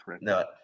No